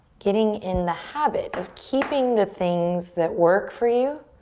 getting in the habit of keeping the things that work for you.